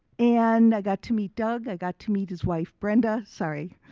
and i got to meet doug. i got to meet his wife brenda, sorry.